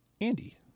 andy